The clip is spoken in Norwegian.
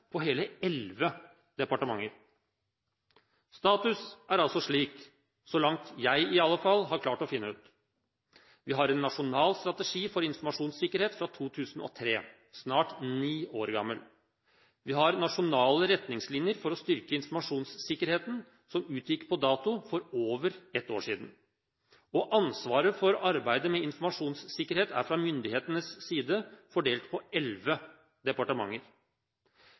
på hele elleve departementer. Status er altså slik, så langt jeg i alle fall har klart å finne ut: Vi har en nasjonal strategi for informasjonssikkerhet fra 2003 – snart ni år gammel. Vi har nasjonale retningslinjer for å styrke informasjonssikkerheten som utgikk på dato for over ett år siden. Ansvaret for arbeidet med informasjonssikkerhet er fra myndighetenes side fordelt på elleve departementer.